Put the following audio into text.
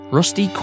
Rusty